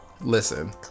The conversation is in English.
Listen